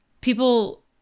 people